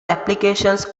applications